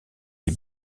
les